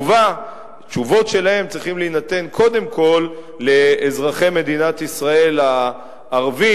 והתשובות שלהם צריכות להינתן קודם כול לאזרחי מדינת ישראל הערבים,